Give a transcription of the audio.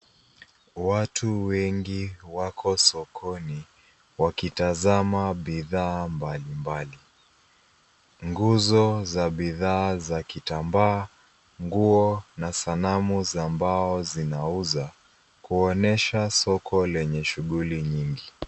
Watu wengi wako sokoni, wakitazama bidhaa mbali mbali .Nguzo za bidhaa za kitambaa ,nguo na sanamu za mbao zinauza kuonesha soko lenye shughuli nyingi.